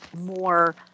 more